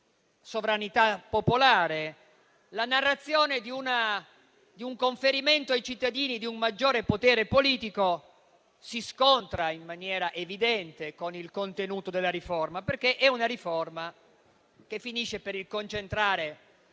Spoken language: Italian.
sovranità popolare e del conferimento ai cittadini di un maggiore potere politico si scontra in maniera evidente con il contenuto della riforma, che finisce per concentrare